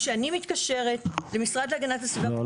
כשאני מתקשרת למשרד להגנת הסביבה -- לא,